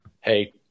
hey